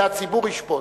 את זה הציבור ישפוט,